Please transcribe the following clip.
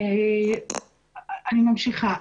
אני ממשיכה.